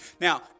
Now